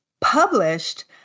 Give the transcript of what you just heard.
published